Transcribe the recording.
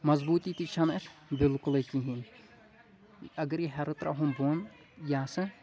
مضبوٗطی تہِ چھنہٕ اتھ بالکُلٕے کہیٖنۍ اگر یہِ ہیرٕ ترٛاوہوٚن بۄن یہِ ہسا